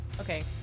Okay